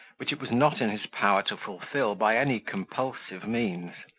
which it was not in his power to fulfil by any compulsive means.